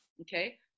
okay